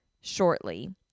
shortly